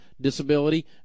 disability